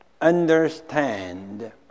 understand